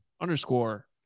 underscore